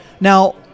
Now